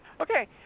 Okay